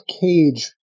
Cage